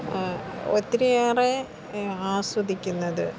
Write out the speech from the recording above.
ഒത്തിരിയേറെ ആസ്വദിക്കുന്നത്